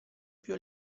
più